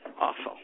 Awful